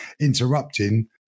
interrupting